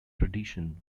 tradition